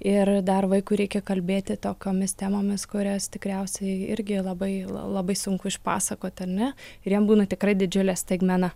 ir dar vaikui reikia kalbėti tokiomis temomis kurias tikriausiai irgi labai labai sunku išpasakoti ar ne ir jam būna tikrai didžiulė staigmena